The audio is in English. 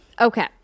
Okay